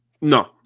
No